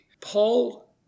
Paul